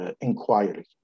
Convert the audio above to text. inquiry